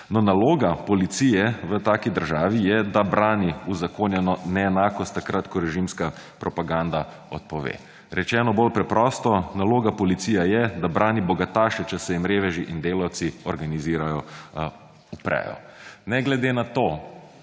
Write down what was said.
No, naloga policije v taki državi je, da brani uzakonjeno neenakost takrat, ko režimska propaganda odpove. Rečeno bolj preprosto, naloga policije je, da brani bogataše, če se jim reveži in delavci organizirano uprejo. Ne glede na to,